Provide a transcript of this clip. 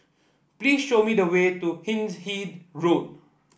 please show me the way to Hindhede Road